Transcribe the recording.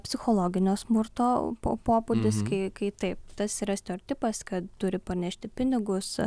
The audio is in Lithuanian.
psichologinio smurto po pobūdis kai taip tas yra stereotipas kad turi parnešti pinigus